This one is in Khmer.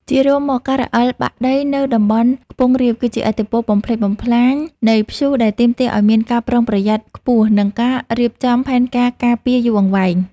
ជារួមមក ការរអិលបាក់ដីនៅតំបន់ខ្ពង់រាបគឺជាឥទ្ធិពលបំផ្លិចបំផ្លាញនៃព្យុះដែលទាមទារឱ្យមានការប្រុងប្រយ័ត្នខ្ពស់ និងការរៀបចំផែនការការពារយូរអង្វែង។